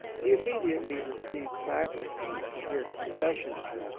he immediately received faculties to hear confessions,